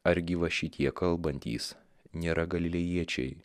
argi va šitie kalbantys nėra galilėjiečiai